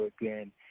again